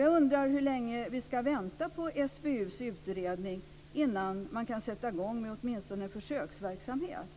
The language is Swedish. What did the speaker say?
Jag undrar hur länge vi ska vänta på SBU:s utredning innan man kan sätta i gång med åtminstone en försöksverksamhet.